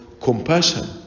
compassion